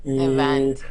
נכון.